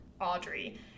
Audrey